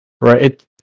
Right